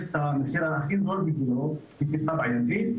את המחיר הכי זול בגינו זה טיפה בעייתי.